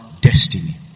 destiny